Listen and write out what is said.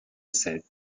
sept